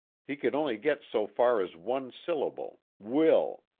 he could only get so far as one syllable, will,